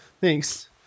Thanks